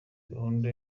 gahunda